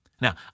Now